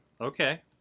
Okay